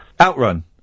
OutRun